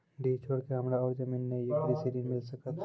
डीह छोर के हमरा और जमीन ने ये कृषि ऋण मिल सकत?